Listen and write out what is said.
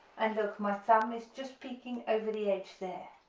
and look my thumb is just peeking over the edge there,